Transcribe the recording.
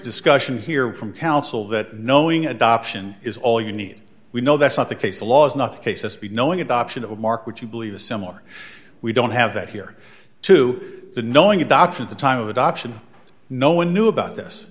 discussion here from counsel that knowing adoption is all you need we know that's not the case law is not the case s b knowing about it will mark which you believe the similar we don't have that here too the knowing adoption the time of adoption no one knew about this